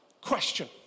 question